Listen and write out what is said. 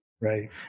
Right